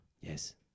Yes